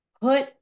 put